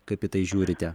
kaip į tai žiūrite